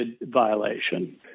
violation